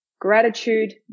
gratitude